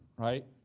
right?